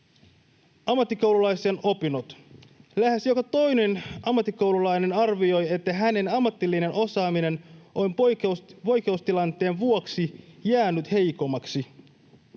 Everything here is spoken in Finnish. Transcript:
jopa keskeyttäen ne. Lähes joka toinen ammattikoululainen arvioi, että hänen ammatillinen osaamisensa on poikkeustilanteen vuoksi jäänyt heikommaksi.